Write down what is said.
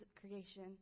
creation